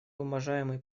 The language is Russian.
уважаемый